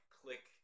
click